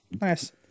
Nice